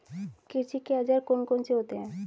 कृषि के औजार कौन कौन से होते हैं?